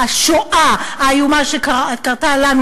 השואה האיומה שקרתה לנו,